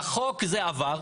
בחוק זה עבר,